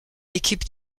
équipe